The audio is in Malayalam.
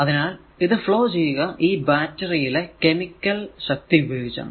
അതിനാൽ ഇത് ഫ്ലോ ചെയ്യുക ഈ ബാറ്ററി യിലെ കെമിക്കൽ ശക്തി ഉപയോഗിച്ചാണ്